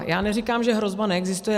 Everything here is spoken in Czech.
Já neříkám, že hrozba neexistuje.